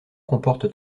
comporte